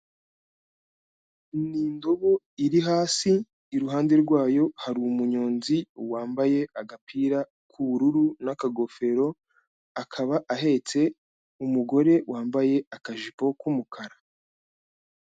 Ni indobo iri hasi, iruhande rwayo, hari umunyonzi wambaye agapira k'ubururu n'akagofero, akaba ahetse umugore wambaye akajipo k'umukara.